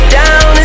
down